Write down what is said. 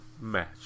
match